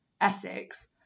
Essex